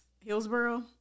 Hillsboro